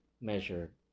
measure